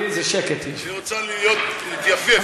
היא רוצה להתייפייף.